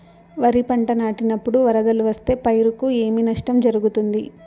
వరిపంట నాటినపుడు వరదలు వస్తే పైరుకు ఏమి నష్టం జరుగుతుంది?